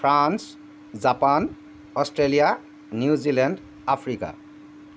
France Japan Australia New Zealand Africa